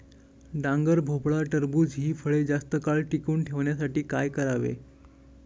डांगर, भोपळा, टरबूज हि फळे जास्त काळ टिकवून ठेवण्यासाठी काय करावे?